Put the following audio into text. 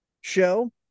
show